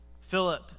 Philip